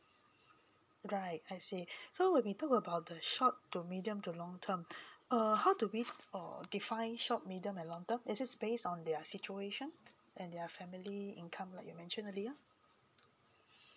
right I see so when we talk about the short to medium to long term err how do we err define short medium and long term is just based on their situation and their family income like you mentioned earlier